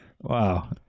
Wow